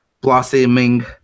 blossoming